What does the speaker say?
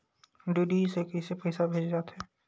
DD से कइसे पईसा भेजे जाथे?